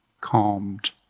calmed